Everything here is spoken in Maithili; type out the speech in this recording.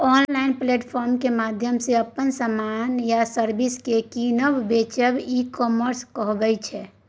आँनलाइन प्लेटफार्म केर माध्यमसँ अपन समान या सर्विस केँ कीनब बेचब ई कामर्स कहाबै छै